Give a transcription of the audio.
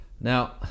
Now